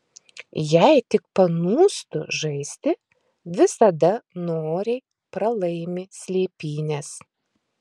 jei tik panūstu žaisti visada noriai pralaimi slėpynes